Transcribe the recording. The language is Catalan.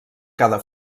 cada